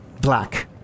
black